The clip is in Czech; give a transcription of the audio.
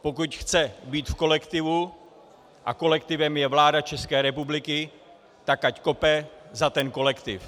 Pokud chce být v kolektivu, a kolektivem je vláda České republiky, tak ať kope za ten kolektiv.